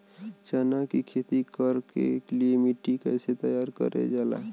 चना की खेती कर के लिए मिट्टी कैसे तैयार करें जाला?